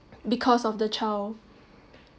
because of the child